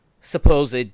supposed